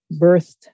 birthed